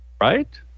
right